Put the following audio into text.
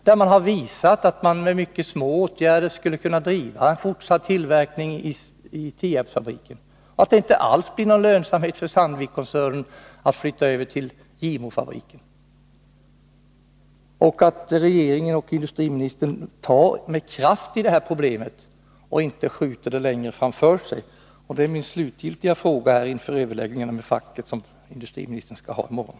Där har det visats att man med mycket små åtgärder skulle kunna driva en fortsatt tillverkning i Tierpsfabriken och att det inte alls blir lönsamt för Sandvikkoncernen att flytta över till Gimofabriken. Regeringen och industriministern måste ta krafttag för att lösa det här problemet och inte skjuta det längre framför sig. Detta är mitt slutgiltiga konstaterande, efter den fråga jag nyss ställt, inför de överläggningar med facket som industri ministern skall ha i morgon.